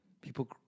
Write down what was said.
People